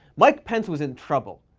mike pence was in trouble.